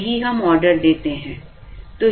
यही हम ऑर्डर देते हैं